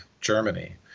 germany